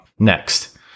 next